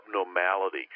abnormality